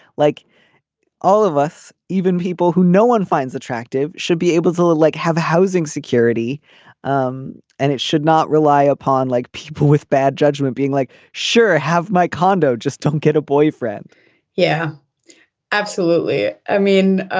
like all of us even people who no one finds attractive should be able to live like have a housing security um and it should not rely upon like people with bad judgment being like sure i have my condo just don't get a boyfriend yeah absolutely i mean